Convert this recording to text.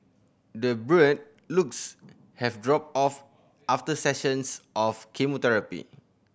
the looks have dropped off after sessions of chemotherapy